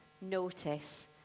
notice